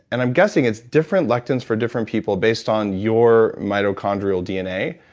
and i'm guessing it's different lectins for different people based on your mitochondrial dna,